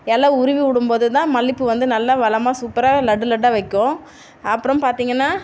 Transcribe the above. இல உருவி விடும் போது தான் மல்லிகைப்பூ வந்து நல்லா வளமாக சூப்பராக லட்டு லட்டாக வைக்கும் அப்புறம் பார்த்தீங்கன்னா